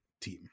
team